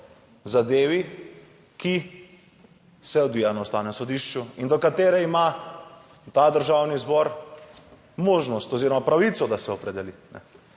zadevi, ki se odvija na Ustavnem sodišču in do katere ima ta Državni zbor možnost oziroma pravico, da se opredeli.